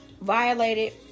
violated